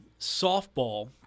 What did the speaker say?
softball